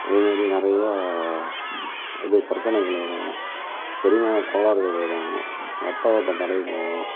அதே மாரி நிறையா இது பிரச்சனைகள் வரும் செரிமான கோளாறுகள் வரும் ரத்த ஓட்டம் தடைப்படும்